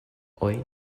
hoy